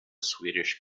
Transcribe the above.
swedish